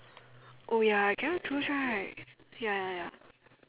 oh ya I can not choose right ya ya ya